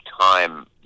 time